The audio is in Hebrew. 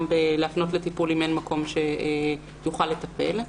להפנות לטיפול אם אין מקום שיוכל לטפל.